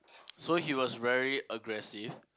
so he was very aggressive